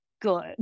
good